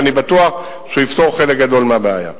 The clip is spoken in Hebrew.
ואני בטוח שהוא יפתור חלק גדול מהבעיה.